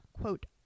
quote